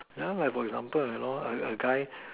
yeah like for example you know a a guy